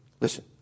Listen